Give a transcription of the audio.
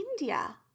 India